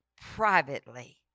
privately